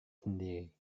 sendiri